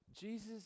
Jesus